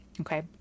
Okay